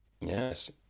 Yes